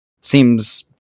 seems